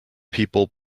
people